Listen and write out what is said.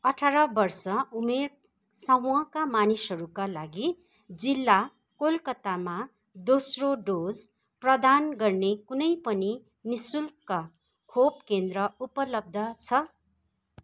अठार वर्ष उमेर समूहका मानिसहरूका लागि जिल्ला कोलकातामा दोस्रो डोज प्रदान गर्ने कुनै पनि निःशुल्क खोप केन्द्र उपलब्ध छ